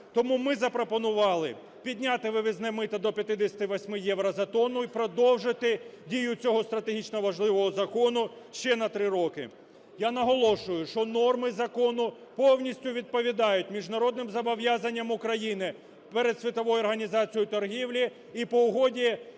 Тому ми запропонували підняти вивізне мито до 58 євро за тонну і продовжити дію цього стратегічно важливого закону ще на 3 роки. Я наголошую, що норми закону повністю відповідають міжнародним зобов'язанням України перед Світовою організацією торгівлі і по Угоді